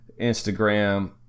Instagram